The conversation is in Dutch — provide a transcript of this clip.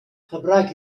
gebruik